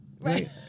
Right